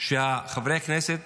שחברי הכנסת